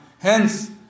hence